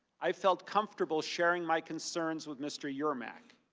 i felt comfortable sharing my concerns with mr. yermak.